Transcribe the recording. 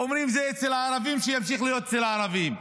אומרים: זה אצל הערבים, שימשיך להיות אצל הערבים.